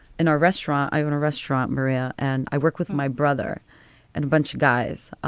in our restaurant, i own a restaurant. maria and i work with my brother and a bunch of guys.